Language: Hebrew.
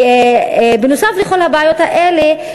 בנוסף לכל הבעיות האלה,